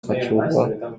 качууга